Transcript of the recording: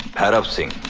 madhav singh?